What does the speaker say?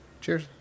Cheers